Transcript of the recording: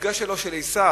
שבמפגש שלו ושל עשו